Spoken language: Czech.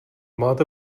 máte